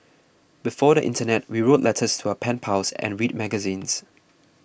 before the internet we wrote letters to our pen pals and read magazines